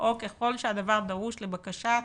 או ככל שהדבר דרוש לבקשת